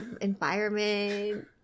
environment